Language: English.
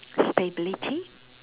stability